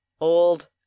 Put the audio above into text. old